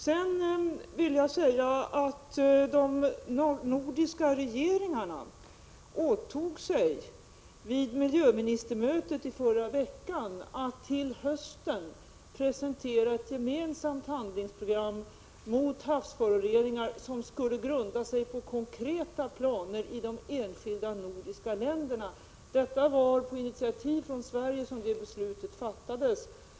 Jag vill tillägga att de nordiska regeringarna vid miljöministermötet förra veckan åtog sig att till hösten presentera ett gemensamt handlingsprogram mot havsföroreningar. Detta skulle grunda sig på konkreta planer i de enskilda nordiska länderna. Det var på initiativ från Sverige som det beslutet fattades.